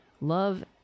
Love